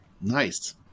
Nice